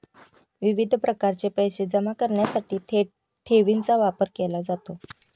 विविध प्रकारचे पैसे जमा करण्यासाठी थेट ठेवीचा वापर केला जातो